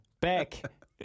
Back